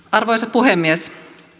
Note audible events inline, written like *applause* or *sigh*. *unintelligible* arvoisa puhemies